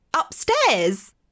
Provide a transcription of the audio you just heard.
upstairs